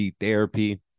therapy